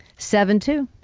seven two.